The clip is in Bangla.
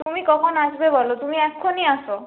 তুমি কখন আসবে বলো তুমি এক্ষণই আসো